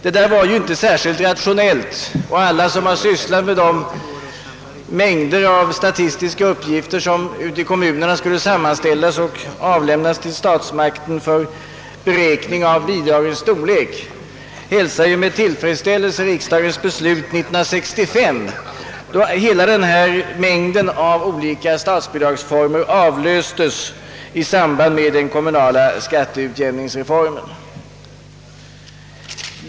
Det där var ju inte särskilt rationellt, och alla som ute i kommunerna sysslade med att sammanställa statistiska uppgifter som skulle lämnas till statsmakten för beräkning av bidragens storlek hälsade med tillfredsställelse riksdagens beslut 1965, då hela denna mängd av olika statsbidragsformer avlöstes i samband med den kommunala skatteutjämningsreformen.